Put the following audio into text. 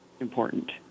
important